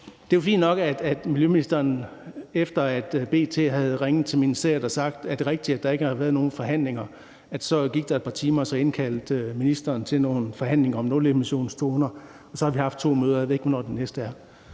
miljøministeren, efter at B.T. havde ringet til ministeriet og spurgt, om det var rigtigt, at der ikke havde været nogen forhandlinger, så gik et par timer, og så indkaldte ministeren til nogle forhandlinger om nulemissionszoner, og så har vi haft to møder. Jeg ved ikke, hvornår det næste er.